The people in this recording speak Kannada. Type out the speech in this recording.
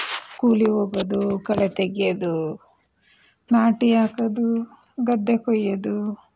ಕೂಲಿ ಹೋಗೋದು ಕಳೆ ತೆಗ್ಯೋದು ನಾಟಿ ಹಾಕೋದು ಗದ್ದೆ ಕೊಯ್ಯೋದು